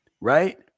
Right